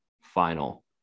final